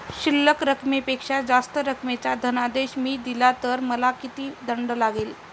शिल्लक रकमेपेक्षा जास्त रकमेचा धनादेश मी दिला तर मला किती दंड लागेल?